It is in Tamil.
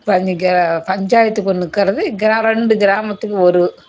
இப்போ நீங்கள் பஞ்சாயத்துக்கு ஒன்று இருக்கிறது கிராம ரெண்டு கிராமத்துக்கு ஒரு